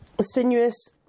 sinuous